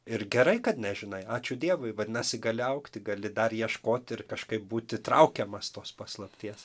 ir gerai kad nežinai ačiū dievui vadinasi gali augti gali dar ieškoti ir kažkaip būti traukiamas tos paslapties